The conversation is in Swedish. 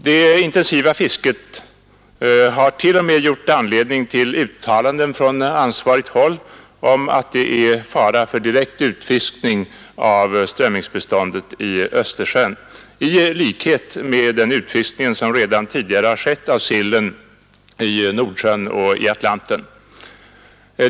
Det mycket intensiva fisket har t.o.m. givit anledning till uttalanden från ansvarigt håll om att det är fara för direkt utfiskning av strömmingsbeståndet i Östersjön i likhet med den utfiskning som redan tidigare har skett av sillen i Nordsjön och i Atlanten.